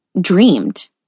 dreamed